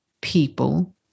people